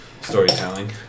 Storytelling